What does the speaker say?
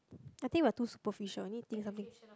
I think we're too superficial need think something